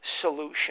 solution